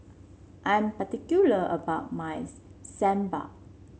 I'm particular about my Sambar